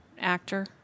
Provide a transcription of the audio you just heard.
actor